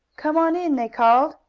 come on in! they called.